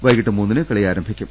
വൈകിട്ട് മൂന്നിന് കളി ആരംഭിക്കും